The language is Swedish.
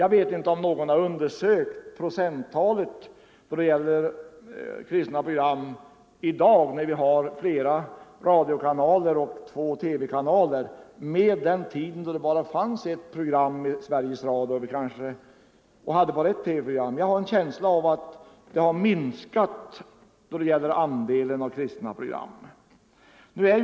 Jag vet inte om någon har undersökt och jämfört procentandelen kristna program i dag, när vi har flera radiokanaler och två TV-kanaler, med den tid då det bara fanns ett program i radio och en TV-kanal. Jag har en känsla av att andelen kristna program har minskat.